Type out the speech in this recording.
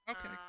Okay